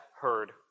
heard